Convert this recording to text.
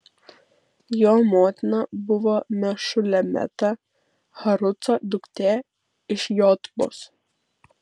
jo motina buvo mešulemeta haruco duktė iš jotbos